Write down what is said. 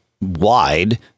wide